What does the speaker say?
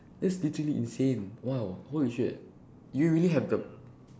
that's literally insane !wow! holy shit do you really have the